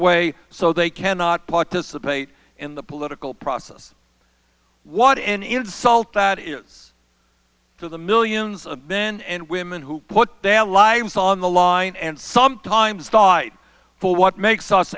way so they cannot participate in the political process what an insult to the millions been and women who put their lives on the line and sometimes died for what makes